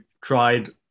tried